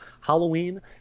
Halloween